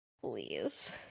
Please